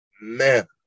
man